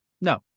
No